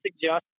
suggest